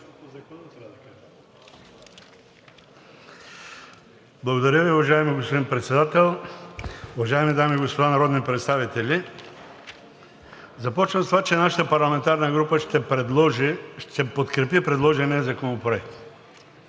Благодаря Ви, уважаеми господин Председател. Уважаеми дами и господа народни представители! Започвам с това, че нашата парламентарна група ще подкрепи предложения законопроект.